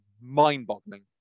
mind-boggling